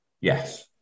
Yes